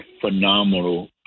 phenomenal